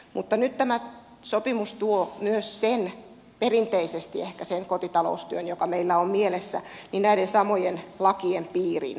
mutta nyt tämä sopimus tuo myös sen kotitaloustyön joka meillä perinteisesti ehkä on mielessä näiden samojen lakien piiriin